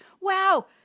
wow